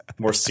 more